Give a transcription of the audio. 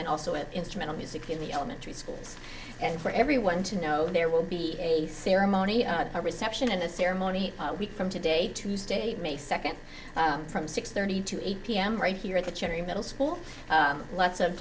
and also with instrumental music in the elementary schools and for everyone to know there will be a ceremony a reception at the ceremony weeks from today tuesday may second from six thirty to eight pm right here at the cherry middle school lots of